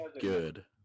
good